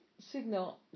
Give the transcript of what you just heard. signal